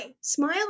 smile